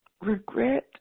regret